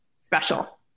special